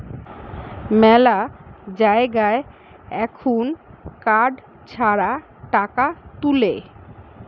মেলা জায়গায় এখুন কার্ড ছাড়া টাকা তুলে